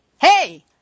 Hey